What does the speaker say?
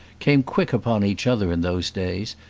came quick upon each other in those days,